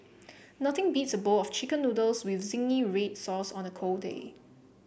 nothing beats a bowl of chicken noodles with zingy red sauce on a cold day